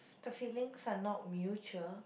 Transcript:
the feelings are not mutual